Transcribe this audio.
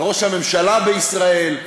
על ראש הממשלה בישראל.